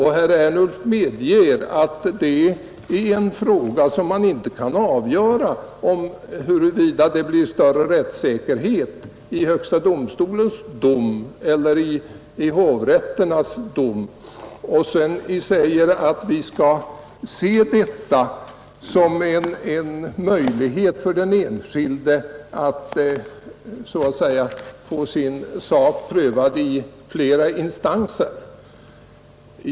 Herr Ernulf medger att man inte kan avgöra huruvida det blir större rättssäkerhet i högsta domstolens dom än i hovrätternas domar och säger sedan att vi skall se detta som en möjlighet för den enskilde att få sin sak prövad i flera instanser.